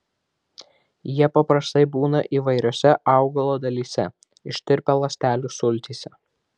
jie paprastai būna įvairiose augalo dalyse ištirpę ląstelių sultyse